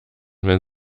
wenn